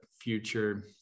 future